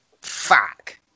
Fuck